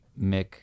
Mick